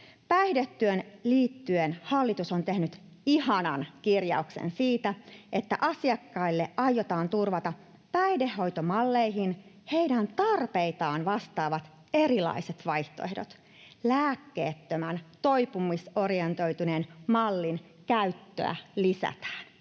Päihdetyöhön liittyen hallitus on tehnyt ihanan kirjauksen siitä, että asiakkaille aiotaan turvata päihdehoitomalleihin heidän tarpeitaan vastaavat erilaiset vaihtoehdot. Lääkkeettömän, toipumisorientoituneen mallin käyttöä lisätään.